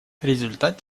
результат